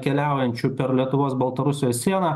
keliaujančių per lietuvos baltarusijos sieną